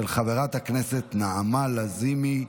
של חברת הכנסת נעמה לזימי.